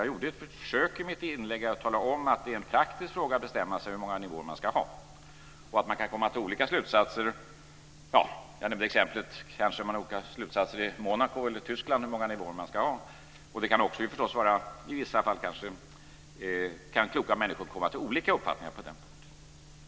Jag gjorde ett försök i mitt inlägg att tala om att det är en praktisk fråga att bestämma sig för hur många nivåer man ska ha och att man kan komma till olika slutsatser. Jag nämnde exemplet med Monaco och Tyskland och att man kommer fram till olika slutsatser om hur många nivåer man ska ha. I vissa fall kan kloka människor ha olika uppfattningar på den punkten.